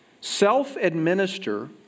self-administer